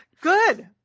Good